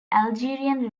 algerian